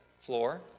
floor